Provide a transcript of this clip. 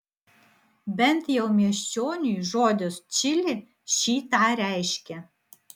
bent jau miesčioniui žodis čili šį tą reiškia